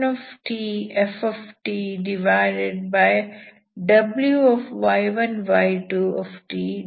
ಅದು ypx y1xx0xy2tftWy1y2tdty2x0xy1fWy1y2dt ಆಗಿದೆ